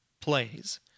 plays